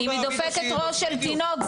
אם היא דופקת ראש של תינוק,